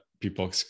people